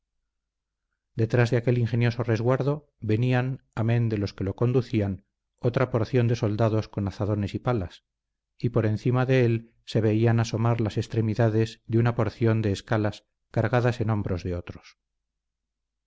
detrás de aquel ingenioso resguardo venían amén de los que lo conducían otra porción de soldados con azadones y palas y por encima de él se veían asomar las extremidades de una porción de escalas cargadas en hombros de otros